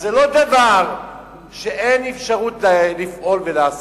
אז זה לא דבר שאין אפשרות לפעול ולעשות.